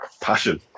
passion